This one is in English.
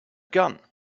gun